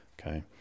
okay